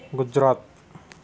Gujarat